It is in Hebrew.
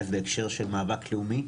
ראשית בהקשר של מאבק לאומי.